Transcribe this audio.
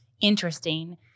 interesting